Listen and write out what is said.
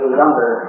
younger